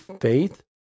faith